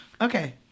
Okay